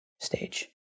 stage